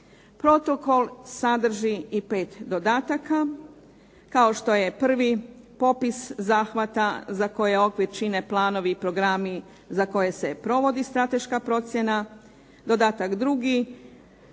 Protokol sadrži i pet dodataka. Kao što je prvi popis zahvata za koje okvir čine planovi i programi za koje se provodi strateška procjena. Dodatak drugi